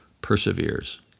perseveres